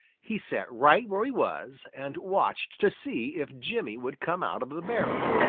he sat right where he was and watched to see if jimmy would come out of the barrel.